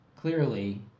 clearly